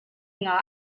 nga